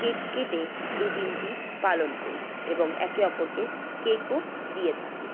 cake কেটে এই দিনটি পালন করি এবং একে অপরকে কেকও দিয়ে থাকি